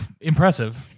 impressive